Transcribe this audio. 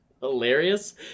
hilarious